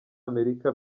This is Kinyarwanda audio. amerika